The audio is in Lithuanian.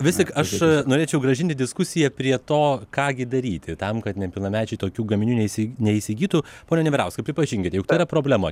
vis tik aš norėčiau grąžinti diskusiją prie to ką gi daryti tam kad nepilnamečiai tokių gaminių neįsi neįsigytų pone neverauskai pripažinkite juk tai yra problema